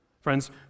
Friends